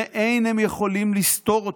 ואין הם יכולים לסתור אותו".